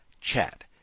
chat